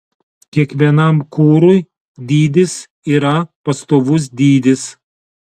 kiekvienam kurui dydis yra pastovus dydis